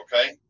Okay